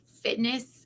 fitness